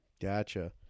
Gotcha